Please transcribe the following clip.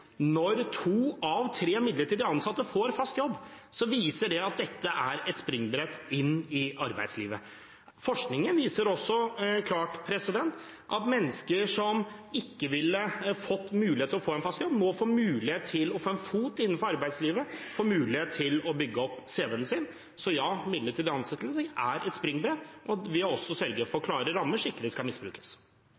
Når to av tre midlertidig ansatte får fast jobb, viser det at dette er et springbrett inn i arbeidslivet. Forskningen viser også klart at mennesker som ikke ville hatt mulighet til å få en fast jobb, nå får mulighet til å få en fot innenfor arbeidslivet og får mulighet til å bygge opp CV-en sin. Så ja, midlertidige ansettelser er et springbrett, og vi har også sørget for klare rammer, så det ikke skal misbrukes.